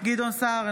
גדעון סער,